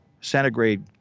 centigrade